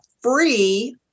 free